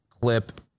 clip